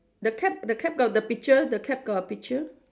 the cap the cap got the picture the cap got a picture